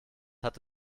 hat